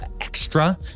extra